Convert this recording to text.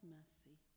mercy